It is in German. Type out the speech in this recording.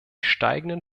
steigenden